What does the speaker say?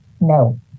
No